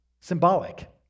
symbolic